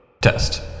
Test